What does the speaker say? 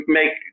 make